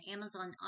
Amazon